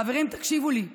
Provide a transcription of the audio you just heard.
חברים, תקשיבו לי.